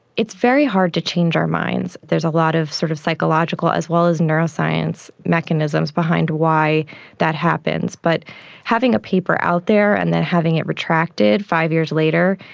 it's very hard to change our minds. there's a lot of sort of psychological as well as neuroscience mechanisms behind why that happens. but having a paper out there and then having it retracted five years later,